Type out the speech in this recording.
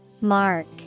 Mark